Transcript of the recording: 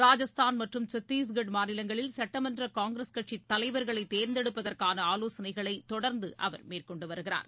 ராஜஸ்தான் மற்றும் சத்தீஸ்கட் மாநிலங்களில் சுட்டமன்ற காங்கிரஸ் கட்சித் தலைவர்களை தேர்ந்தெடுப்பதற்கான ஆலோசனைகளை தொடர்ந்து அவர் மேற்கொண்டு வருகிறார்